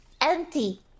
empty